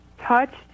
touched